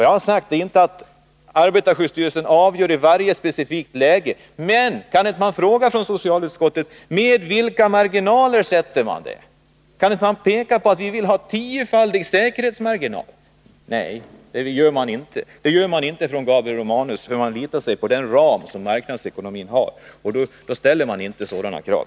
Jag har inte sagt att arbetarskyddsstyrelsen avgör i ett specifikt läge, men kan inte socialutskottet fråga med vilka marginaler man sätter gränsvärdena? Kan utskottet inte peka på att vi vill ha tiofaldig säkerhetsmarginal? Nej, det gör inte Gabriel Romanus. Han förlitar sig på den ram som marknadsekonomin ger, och då ställer man tydligen inte sådana krav.